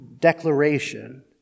declaration